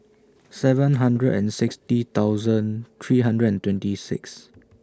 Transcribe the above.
seven hundred and sixty thousand three hundred and twenty six